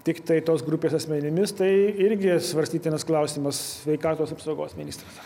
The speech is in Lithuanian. tiktai tos grupės asmenimis tai irgi svarstytinas klausimas sveikatos apsaugos ministras